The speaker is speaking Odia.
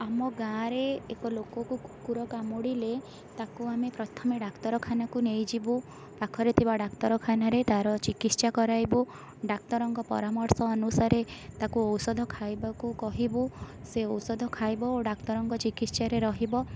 ଆମ ଗାଁରେ ଏକ ଲୋକକୁ କୁକୁର କାମୁଡ଼ିଲେ ତାକୁ ଆମେ ପ୍ରଥମେ ଡାକ୍ତରଖାନାକୁ ନେଇଯିବୁ ପାଖରେ ଥିବା ଡାକ୍ତରଖାନାରେ ତା'ର ଚିକିତ୍ସା କରାଇବୁ ଡାକ୍ତରଙ୍କ ପରାମର୍ଶ ଅନୁସାରେ ତାକୁ ଔଷଧ ଖାଇବାକୁ କହିବୁ ସେ ଔଷଧ ଖାଇବ ଓ ଡାକ୍ତରଙ୍କ ଚିକିତ୍ସାରେ ରହିବ